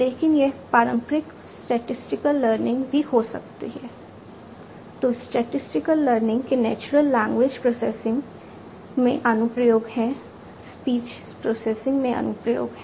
लेकिन यह पारंपरिक स्टैटिसटिकल लर्निंग में अनुप्रयोग हैं